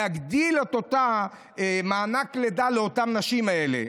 להגדיל את אותו מענק לידה לאותן הנשים האלה.